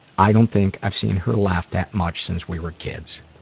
i don't think i've seen her laugh that much since we were kids.